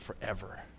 forever